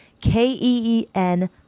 K-E-E-N